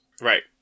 Right